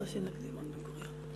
סוסיהם של ערבים.